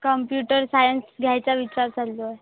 computer science घ्यायचा विचार चालू आहे